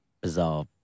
bizarre